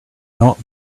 not